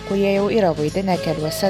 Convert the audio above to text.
kurie jau yra vaidinę keliuose